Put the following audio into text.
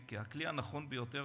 פשענו,